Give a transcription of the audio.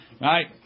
Right